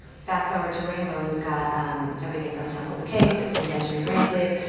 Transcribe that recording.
fast-forward to rainbow and you've got everything from temple of the king, sixteenth century greensleeves.